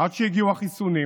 עד שהגיעו החיסונים